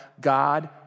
God